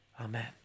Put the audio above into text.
Amen